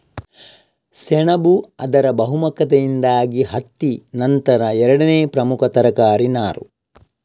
ಸೆಣಬು ಅದರ ಬಹುಮುಖತೆಯಿಂದಾಗಿ ಹತ್ತಿ ನಂತರ ಎರಡನೇ ಪ್ರಮುಖ ತರಕಾರಿ ನಾರು